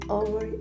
over